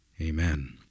Amen